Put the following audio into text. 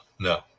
no